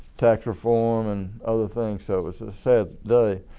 tax reform and other things so it was a sad day.